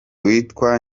witwa